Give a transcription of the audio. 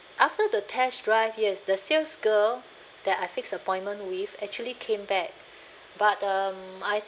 after the test drive yes the sales girl that I fix appointment with actually came back but um I